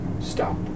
stop